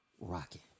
rocking